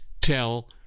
tell